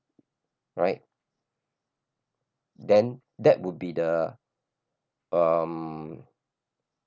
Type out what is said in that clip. right then that would be the um